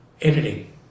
editing